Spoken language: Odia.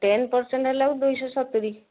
ଟେନ୍ ପରସେଣ୍ଟ ହେଲାକୁ ଦୁଇ ଶହ ସତୁରି